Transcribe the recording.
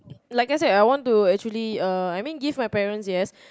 like I said I want to actually uh I mean give my parents yes